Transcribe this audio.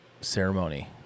ceremony